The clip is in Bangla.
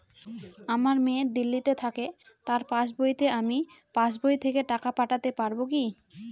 আমার মেয়ে দিল্লীতে থাকে তার পাসবইতে আমি পাসবই থেকে টাকা পাঠাতে পারব কি?